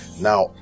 Now